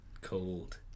Cold